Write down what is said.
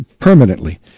permanently